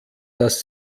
dass